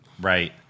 Right